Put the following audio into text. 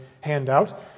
handout